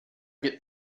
get